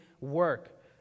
work